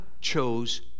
chose